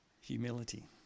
Humility